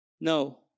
No